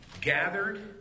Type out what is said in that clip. gathered